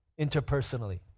interpersonally